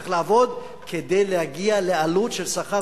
צריך לעבוד כדי להגיע לעלות של שכר